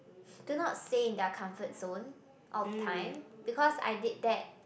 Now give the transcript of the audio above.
do not stay in their comfort zone all time because I did that